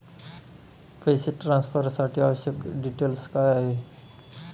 पैसे ट्रान्सफरसाठी आवश्यक डिटेल्स काय आहेत?